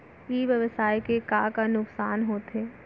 ई व्यवसाय के का का नुक़सान होथे?